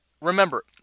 remember